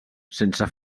sense